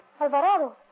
Alvarado